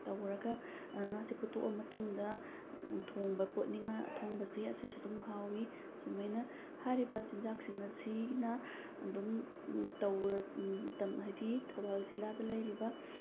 ꯇꯧꯔꯒ ꯉꯥꯁꯤ ꯐꯨꯠꯇꯣꯛꯂ ꯃꯇꯨꯡꯗ ꯊꯣꯡꯕ ꯄꯣꯠꯅꯤ ꯉꯥ ꯑꯊꯣꯡꯕꯁꯤ ꯑꯁꯤꯁꯨ ꯑꯗꯨꯝ ꯍꯥꯎꯋꯤ ꯁꯨꯝꯃꯥꯏꯅ ꯍꯥꯏꯔꯤꯕ ꯆꯤꯟꯖꯥꯛꯁꯤꯡ ꯑꯁꯤꯅ ꯑꯗꯨꯝ ꯇꯧꯔ ꯃꯇꯝ ꯍꯥꯏꯗꯤ ꯊꯧꯕꯥꯜ ꯖꯤꯜꯂꯥꯗ ꯂꯩꯔꯤꯕ